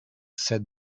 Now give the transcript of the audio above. said